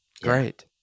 Great